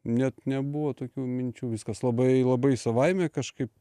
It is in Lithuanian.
net nebuvo tokių minčių viskas labai labai savaime kažkaip